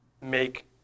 make